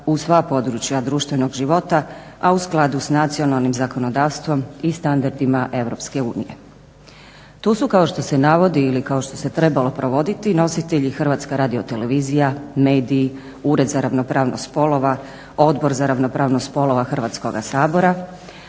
u sva područja društvenog života, a u skladu s nacionalnim zakonodavstvom i standardima EU. Tu su kao što se navodi ili kao što se trebalo provoditi nositelji HRT, mediji, Ured za ravnopravnost spolova, Odbor za ravnopravnost spolova Hrvatskog sabora,